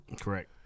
Correct